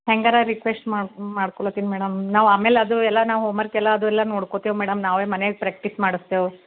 ಹೇಗರ request ಮಾಡಿ ಮಾಡ್ಕೊಳತ್ತೀನಿ madam ನಾವು ಆಮೇಲೆ ಅದು ಎಲ್ಲ ನಾವು ಹೋಮರ್ಕೆಲ್ಲ ಅದು ಎಲ್ಲ ನೋಡ್ಕೋತೇವೆ ಮೇಡಮ್ ನಾವೇ ಮನ್ಯಾಗೆ ಪ್ರಾಕ್ಟಿಸ್ ಮಾಡಿಸ್ತೇವ್